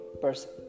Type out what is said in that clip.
person